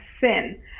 sin